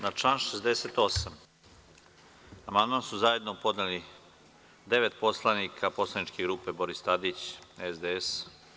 Na član 68. amandman su zajedno podneli devet poslanika poslaničke grupe Boris Tadić, SDS.